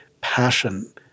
passion